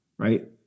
Right